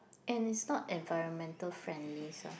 and it's not environmental friendly stuff